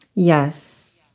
yes.